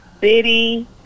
city